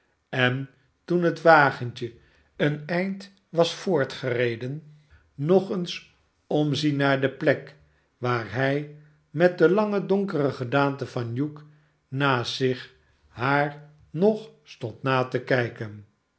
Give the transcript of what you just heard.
en toen het wagentje een eind was voortgereden nog eens omzien naar de plek waar hij met de lange donkere gedaante van hugh naast zich haar nog stond na te kijken